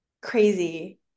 crazy